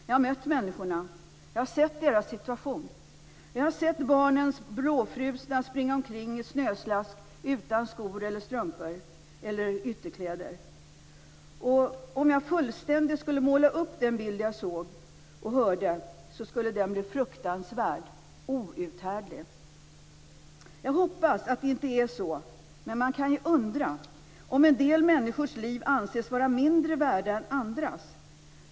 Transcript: Jag har mött människorna och sett deras situation. Jag har sett barnen blåfrusna springa omkring i snöslask utan ytterkläder och utan strumpor och skor. Om jag skulle måla upp en fullständig bild av det som jag såg och hörde, skulle den bli fruktansvärd och outhärdlig. Jag hoppas att det inte är så, men man kan ju undra, att del människors liv anses vara mindre värda än andras.